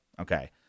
Okay